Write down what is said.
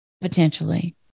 potentially